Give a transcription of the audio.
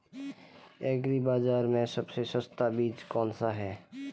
Agree बाज़ार में सबसे सस्ता बीज कौनसा है?